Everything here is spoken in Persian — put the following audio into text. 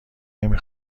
نمی